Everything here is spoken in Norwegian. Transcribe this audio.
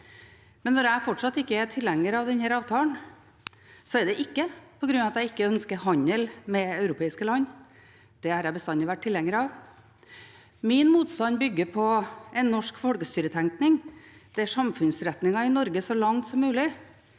år. Når jeg fortsatt ikke er tilhenger av denne avtalen, er det ikke på grunn av at jeg ikke ønsker handel med europeiske land. Det har jeg bestandig vært tilhenger av. Min motstand bygger på en norsk folkestyretenkning, der samfunnsretningen i Norge så langt som mulig